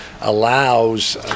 allows